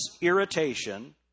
irritation